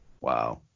Wow